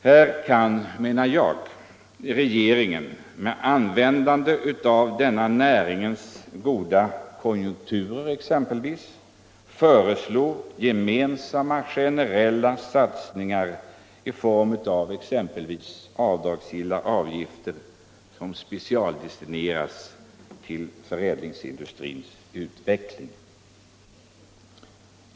Här kan, menar jag, regeringen med användande av denna närings goda konjunkturer exempeivis föreslå gemensamma generella satsningar i form av t.ex. avdragsgilla avgifter som specialdestineras till förädlingsindustrins utveckling.